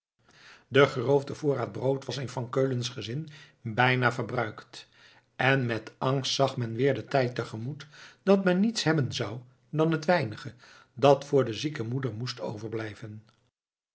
de geroofde voorraad brood was in van keulens gezin bijna verbruikt en met angst zag men weer den tijd tegemoet dat men niets hebben zou dan het weinige dat voor de zieke moeder moest overblijven